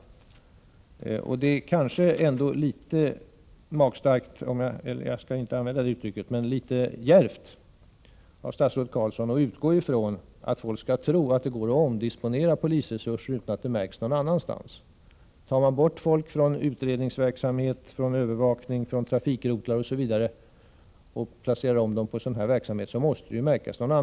Det är kanske ändå litet djärvt av statsrådet Carlsson att utgå ifrån att folk skall tro att det går att omdisponera polisresurser utan att det märks på de områden varifrån man tar resurserna. Tar man bort personal från utredningsverksamhet och övervakning, från trafikrotlar osv. och placerar om den till sådan här verksamhet, måste det märkas.